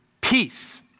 Peace